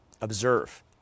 observe